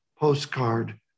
postcard